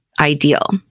ideal